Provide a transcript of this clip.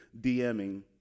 DMing